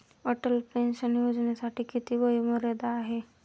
Atal pension योजनेसाठी किती वयोमर्यादा आहे?